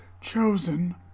chosen